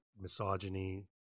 misogyny